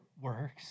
works